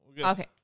Okay